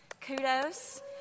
Kudos